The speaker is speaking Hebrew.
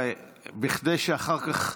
כדי שאחר כך,